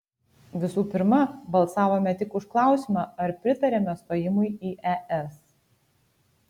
visų pirma balsavome tik už klausimą ar pritariame stojimui į es